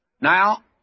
Now